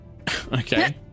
okay